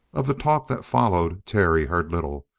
of the talk that followed, terry heard little,